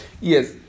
Yes